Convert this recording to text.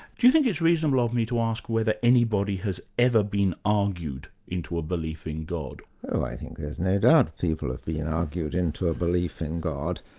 do you think it's reasonable of me to ask whether anybody has ever been argued into a belief in god? oh, i think there's no doubt people have been argued into a belief in god,